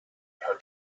her